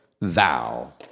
thou